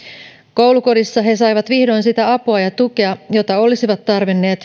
koulukodissa he saivat vihdoin sitä apua ja tukea jota olisivat tarvinneet